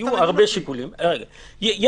יש